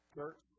Church